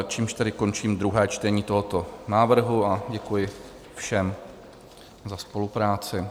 Tím tedy končím druhé čtení tohoto návrhu a děkuji všem za spolupráci.